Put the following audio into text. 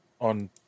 on